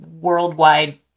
worldwide